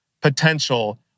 potential